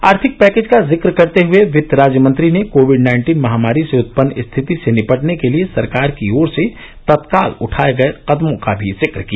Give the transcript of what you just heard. आर्थिक पैकेज का जिक्र करते हुए वित्त राज्य मंत्री ने कोविड नाइन्टीन महामारी से उत्पन्न स्थिति से निपटने के लिए सरकार की ओर से तत्काल उठाये गये कदमों का भी जिक्र किया